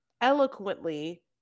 eloquently